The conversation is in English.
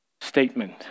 statement